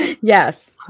Yes